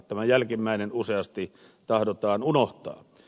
tämä jälkimmäinen useasti tahdotaan unohtaa